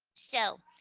so